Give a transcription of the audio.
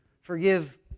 forgive